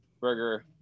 burger